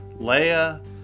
Leia